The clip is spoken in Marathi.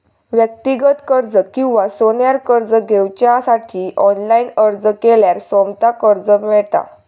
व्यक्तिगत कर्ज किंवा सोन्यार कर्ज घेवच्यासाठी ऑनलाईन अर्ज केल्यार सोमता कर्ज मेळता